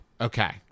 Okay